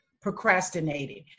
procrastinating